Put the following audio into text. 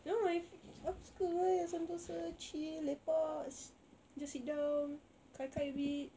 ya my fav~ aku suka wei sentosa chill lepak si~ just sit down gai gai a bit